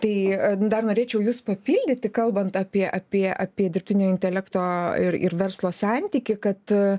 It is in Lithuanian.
tai a dar norėčiau jus papildyti kalbant apie apie apie dirbtinio intelekto ir ir verslo santykį kad a